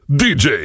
dj